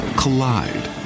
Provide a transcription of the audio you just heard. collide